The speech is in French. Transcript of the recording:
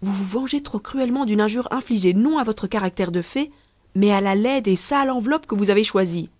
vous vous vengez trop cruellement d'une injure infligée non à votre caractère de fée mais à la laide et sale enveloppe que vous avez choisie